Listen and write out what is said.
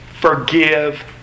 forgive